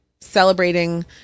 celebrating